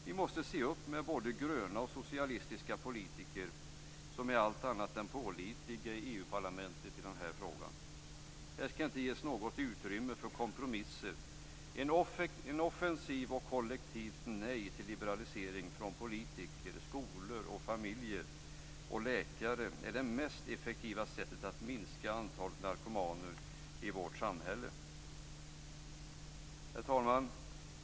Vi måste se upp med både gröna och socialistiska politiker som är allt annat än pålitliga i EU parlamentet i denna fråga. Här skall inte ges något utrymme för kompromisser. Ett offensivt och kollektivt nej till liberalisering från politiker, skolor, familjer och läkare är det mest effektiva sättet att minska antalet narkomaner i vårt samhälle. Herr talman!